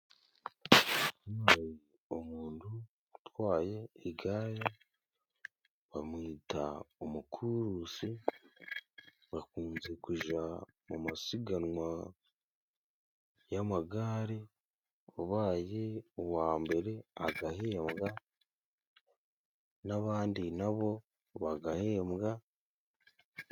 Hano hari umuntu utwaye igare bamwita umukurusi bakunze kuja mu masiganwa y'amagare, ubaye uwa mbere agahembwa n'abandi nabo bagahembwa.